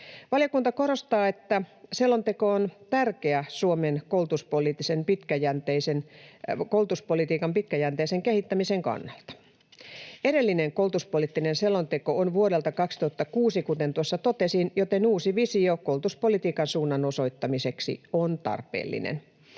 Valiokunta korostaa, että selonteko on tärkeä Suomen koulutuspolitiikan pitkäjänteisen kehittämisen kannalta. Edellinen koulutuspoliittinen selonteko on vuodelta 2006, kuten tuossa totesin, joten uusi visio koulutuspolitiikan suunnan osoittamiseksi on tarpeellinen.